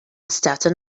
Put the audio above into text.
staten